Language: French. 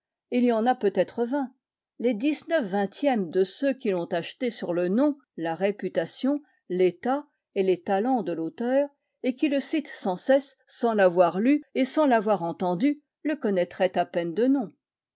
il y en a peut-être vingt les dix-neuf vingtièmes de ceux qui l'ont acheté sur le nom la réputation l'état et les talents de l'auteur et qui le citent sans cesse sans l'avoir lu et sans l'avoir entendu le connaîtraient à peine de nom